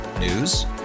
News